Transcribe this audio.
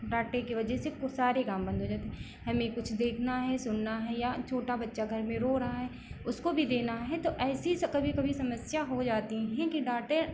डाटे की वजह से वो सारे काम बंद हो जाते हमें कुछ देखना है सुनना है या छोटा बच्चा घर में रो रहा है उसको भी देना है तो ऐसी कभी कभी समस्या हो जाती हैं कि डाटे